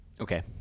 Okay